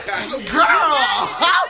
Girl